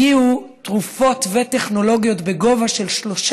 הגיעו תרופות וטכנולוגיות בגובה של 3